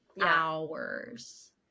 hours